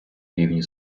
рівні